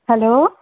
hello